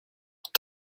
hat